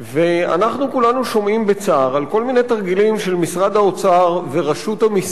אנחנו כולנו שומעים בצער על כל מיני תרגילים של משרד האוצר ורשות המסים,